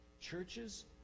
Churches